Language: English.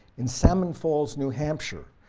in salmon falls, new hampshire,